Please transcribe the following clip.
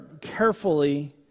carefully